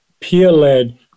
peer-led